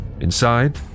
Inside